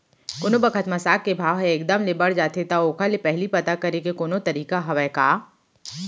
कोनो बखत म साग के भाव ह एक दम ले बढ़ जाथे त ओखर ले पहिली पता करे के कोनो तरीका हवय का?